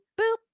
boop